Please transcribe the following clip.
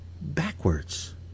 backwards